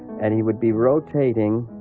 and he would be rotating